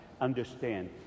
understand